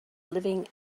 living